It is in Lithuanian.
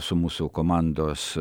su mūsų komandos